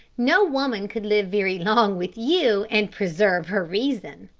no woman could live very long with you and preserve her reason.